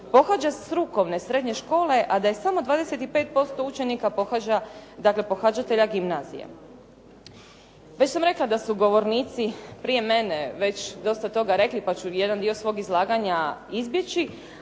pohađa strukovne srednje škole a da je samo 25% učenika pohađatelja gimnazije. Već sam rekla da su govornici prije mene već dosta rekla pa ću jedan dio svog izlaganja izbjeći,